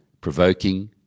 provoking